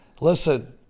listen